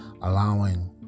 allowing